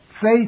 Faith